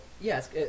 yes